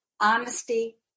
honesty